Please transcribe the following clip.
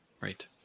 right